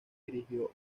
dirigió